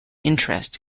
interest